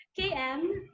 KM